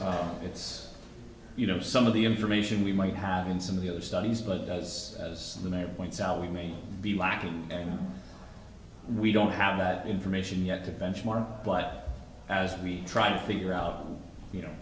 sense it's you know some of the information we might have in some of the other studies but does as the mayor points out we may be lacking and we don't have that information yet to benchmark as we try to figure out you know